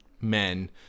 men